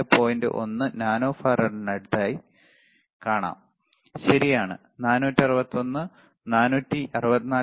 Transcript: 1 nano ഫറാഡിനടുത്തായി കാണാം ശരിയാണ് 461 464